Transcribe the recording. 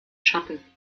schatten